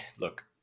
look